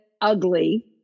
ugly